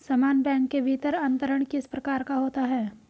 समान बैंक के भीतर अंतरण किस प्रकार का होता है?